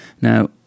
Now